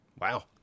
Wow